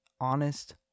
honest